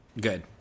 Good